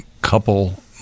Couple